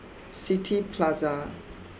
City Plaza